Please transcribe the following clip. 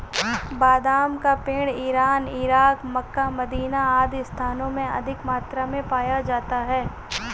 बादाम का पेड़ इरान, इराक, मक्का, मदीना आदि स्थानों में अधिक मात्रा में पाया जाता है